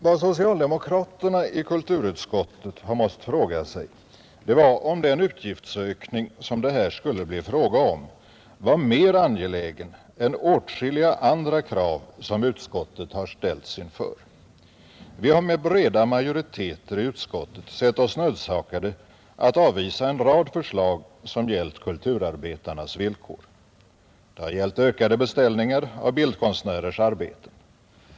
Vad socialdemokraterna i kulturutskottet har måst fråga sig var om den utgiftsökning som det här skulle bli fråga om var mer angelägen än åtskilliga andra krav som utskottet har ställts inför. Vi har med breda majoriteter i utskottet sett oss nödsakade att avvisa en rad förslag som gällt kulturarbetarnas villkor. Det har gällt ökade beställningar av bildkonstnärers arbeten.